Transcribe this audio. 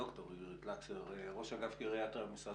ד"ר אירית לקסר, ראש אגף גריאטריה במשרד